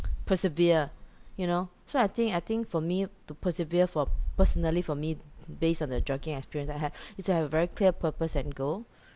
persevere you know so I think I think for me to persevere for personally for me based on the jogging experience I have is to have a very clear purpose and goal